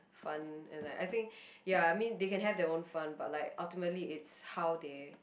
fun and like I think ya I mean they have their own fun but like ultimately it's how they